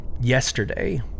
Yesterday